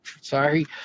Sorry